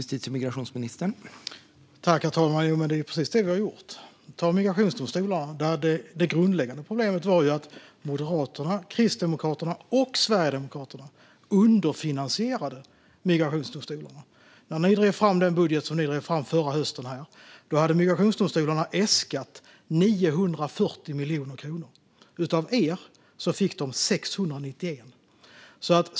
Herr talman! Det är precis det vi har gjort. När det gäller migrationsdomstolarna var det grundläggande problemet att Moderaterna, Kristdemokraterna och Sverigedemokraterna underfinansierade dem. När ni drev fram den budget som ni drev fram förra hösten hade migrationsdomstolarna äskat 940 miljoner kronor. Av er fick de 691 miljoner kronor.